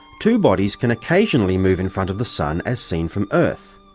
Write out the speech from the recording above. two bodies can occasionally move in front of the sun as seen from earth.